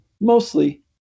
mostly